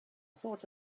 thought